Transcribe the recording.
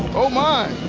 oh my!